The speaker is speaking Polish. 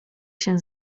się